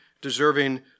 deserving